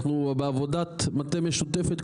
אנחנו בעבודה מטה משותפת,